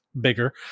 bigger